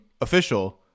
official